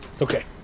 okay